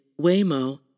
Waymo